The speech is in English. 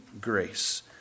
grace